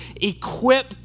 equip